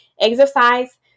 exercise